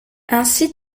ainsi